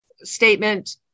statement